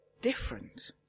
different